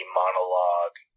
monologue